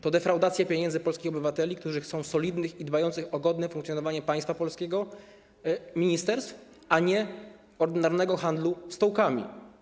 To defraudacja pieniędzy polskich obywateli, którzy chcą solidnych i dbających o godne funkcjonowanie państwa polskiego ministerstw, a nie ordynarnego handlu stołkami.